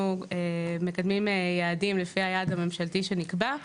מקדמים יעדים לפי היעד הממשלתי שנקבע.